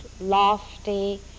lofty